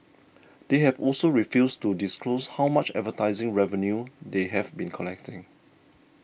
they have also refused to disclose how much advertising revenue they have been collecting